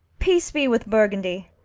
peace be with burgundy!